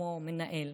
כמו מנהל.